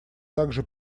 также